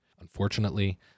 Unfortunately